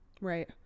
right